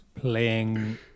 Playing